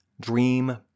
dream